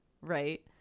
right